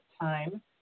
time